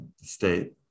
state